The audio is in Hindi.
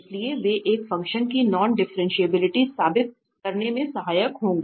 इसलिए वे एक फ़ंक्शन की नॉन डिफ्रेंटिएबिलिटी साबित करने में सहायक होंगे